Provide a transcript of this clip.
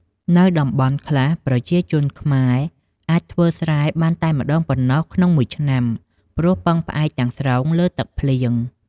នៅតំបន់ខ្លះ ប្រជាជនខ្មែរអាចធ្វើស្រែបានតែម្ដងប៉ុណ្ណោះក្នុងមួយឆ្នាំ ព្រោះពឹងផ្អែកទាំងស្រុងលើទឹកភ្លៀង។